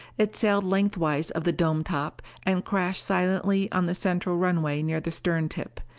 it sailed lengthwise of the dome top, and crashed silently on the central runway near the stern tip.